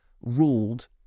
ruled